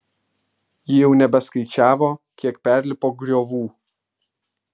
ji jau nebeskaičiavo kiek perlipo griovų